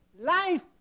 life